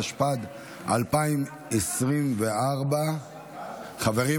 התשפ"ד 2024. חברים,